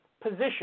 position